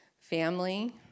family